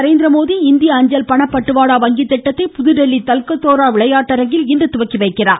நரேந்திரமோடி இந்திய அஞ்சல் பணப்பட்டுவாடா வங்கி திட்டத்தை புதுதில்லி தல்கத்தோரா விளையாட்டரங்கில் இன்று தொடங்கி வைக்கிறார்